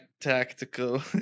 tactical